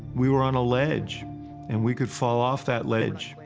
we were on a ledge and we could fall off that ledge.